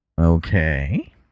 Okay